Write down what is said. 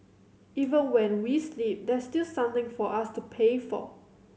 even when we sleep there's still something for us to pay for